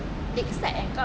lakeside eh kau